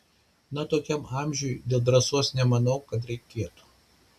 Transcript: na tokiam amžiuj dėl drąsos nemanau kad reiktų